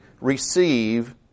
receive